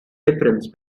difference